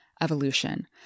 evolution